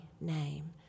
name